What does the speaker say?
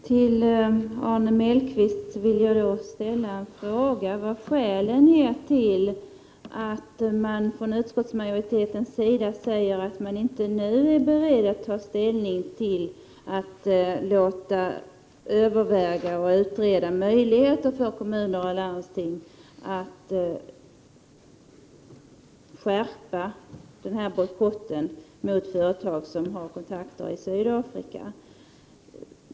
Herr talman! Vilka är skälen, Arne Mellqvist, till att utskottsmajoriteten säger att den inte nu är beredd att ta ställning till att låta överväga och utreda möjligheter för kommun och landsting att skärpa den här bojkotten mot företag som har kontakter i Sydafrika?